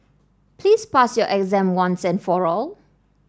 please pass your exam once and for all